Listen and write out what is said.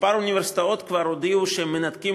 שכמה אוניברסיטאות כבר הודיעו שהן מנתקות